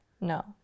No